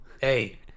Hey